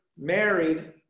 married